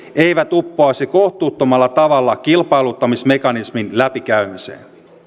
eivät uppoaisi kohtuuttomalla tavalla kilpailuttamismekanismin läpikäymiseen